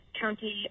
County